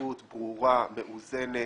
מציאות ברורה, מאוזנת,